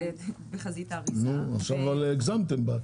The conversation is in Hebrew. כנראה שעכשיו הגזמתם.